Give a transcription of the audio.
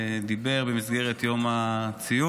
דיבר עליו במסגרת יום הציון.